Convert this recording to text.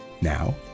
Now